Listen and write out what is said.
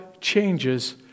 changes